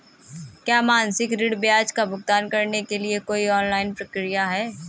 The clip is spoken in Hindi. क्या मासिक ऋण ब्याज का भुगतान करने के लिए कोई ऑनलाइन प्रक्रिया है?